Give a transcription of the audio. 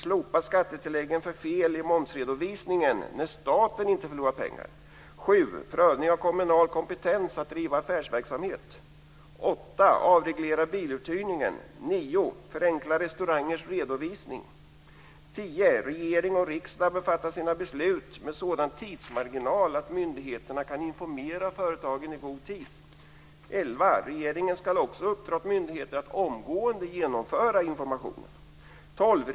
Slopa skattetilläggen för fel i momsredovisningen när staten inte förlorar pengar. 10. Regering och riksdag bör fatta sina beslut med sådan tidsmarginal att myndigheterna kan informera företagen i god tid. 11. Regeringen ska uppdra åt myndigheter att omgående genomföra informationen. 12.